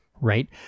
right